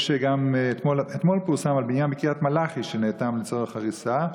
ואתמול פורסם על בניין בקריית מלאכי שנאטם לצורך הריסה.